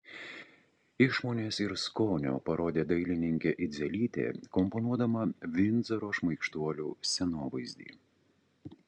išmonės ir skonio parodė dailininkė idzelytė komponuodama vindzoro šmaikštuolių scenovaizdį